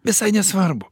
visai nesvarbu